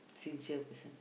sincere person